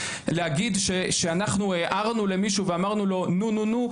להגיד שאנחנו הערנו למישהו ואמרנו לו נו-נו-נו,